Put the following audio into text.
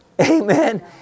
Amen